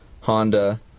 Honda